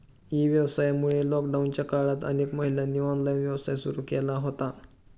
E व्यवसायामुळे लॉकडाऊनच्या काळात अनेक महिलांनी ऑनलाइन व्यवसाय सुरू केला होता